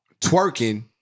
twerking